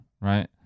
right